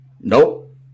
Nope